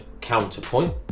Counterpoint